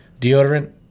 deodorant